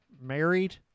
married